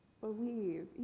Believe